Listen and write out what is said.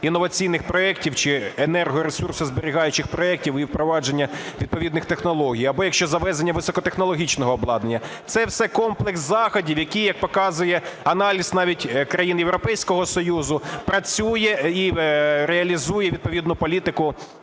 інноваційних проектів чи енергоресурсозберігаючих проектів і впровадження відповідних технологій; або якщо завезення високотехнологічного обладнання. Це все комплекс заходів, який, як показує аналіз навіть країн Європейського Союзу, працює і реалізує відповідну політику,